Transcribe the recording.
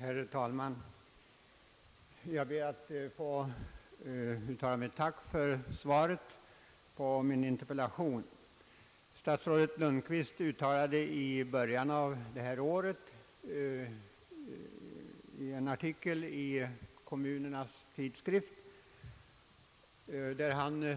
Herr talman! Jag ber att få tacka kommunikationsministern för svaret på min interpellation. I början av detta år uttalade sig statsrådet Lundkvist i en artikel i Kommunernas Tidskrift.